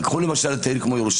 קחו למשל את העיר ירושלים,